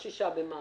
ב-6 במאי.